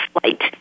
flight